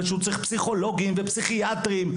ושהוא צריך פסיכולוגים ופסיכיאטרים,